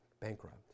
bankrupt